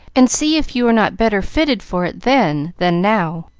and see if you are not better fitted for it then than now.